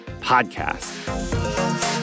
podcast